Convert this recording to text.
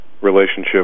relationship